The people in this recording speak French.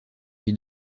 lui